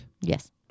Yes